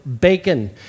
bacon